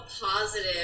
positive